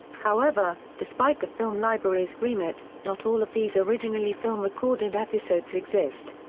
however, despite the film library's remit, not all of these originally film-recorded episodes exist.